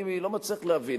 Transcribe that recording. אני לא מצליח להבין.